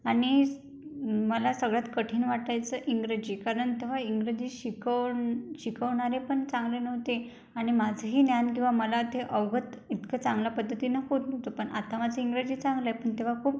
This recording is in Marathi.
आणि मला सगळ्यात कठीण वाटायचं इंग्रजी कारण तेव्हा इंग्रजी शिकव शिकवणारे पण चांगले नव्हते आणि माझंही ज्ञान किंवा मला ते अवगत इतकं चांगल्या पद्धतीन होत नव्हतं पण आता माझं इंग्रजी चांगलं आहे पण तेव्हा खूप